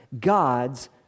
God's